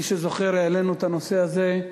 מי שזוכר, העלינו את הנושא הזה,